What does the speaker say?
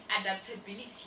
adaptability